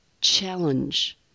challenge